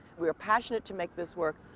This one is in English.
we were passionate to make this work.